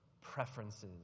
preferences